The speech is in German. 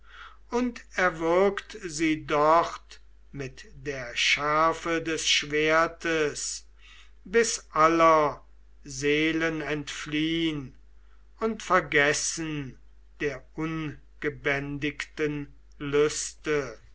und erwürgt sie dort mit der schärfe des schwertes bis aller seelen entfliehn und vergessen der ungebändigten lüste